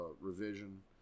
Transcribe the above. revision